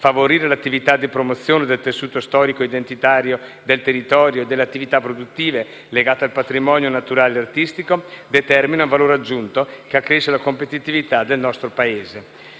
favorire le attività di promozione del tessuto storico e identitario del territorio e delle attività produttive legate al patrimonio naturale e artistico, determina un valore aggiunto che accresce la competitività del nostro Paese.